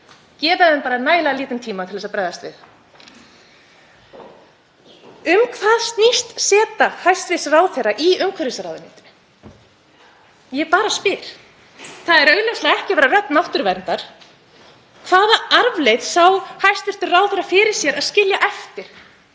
gefa þeim bara nægilega lítinn tíma til að bregðast við. Um hvað snýst seta hæstv. ráðherra í umhverfisráðuneytinu, ég bara spyr? Það er augljóslega ekki að vera rödd náttúruverndar. Hvaða arfleifð sá hæstv. ráðherra fyrir sér að skilja eftir